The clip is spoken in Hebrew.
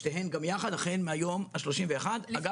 גם ה-3,700